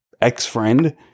ex-friend